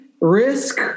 risk